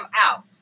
out